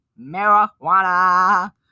marijuana